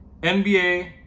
NBA